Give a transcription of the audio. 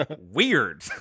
weird